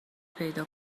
پیدا